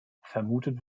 vermutet